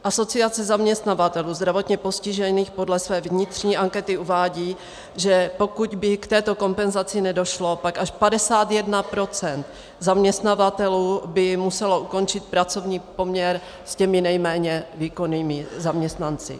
Asociace zaměstnavatelů zdravotně postižených podle své vnitřní ankety uvádí, že pokud by k této kompenzaci nedošlo, pak až 51 % zaměstnavatelů by muselo ukončit pracovní poměr s těmi nejméně výkonnými zaměstnanci.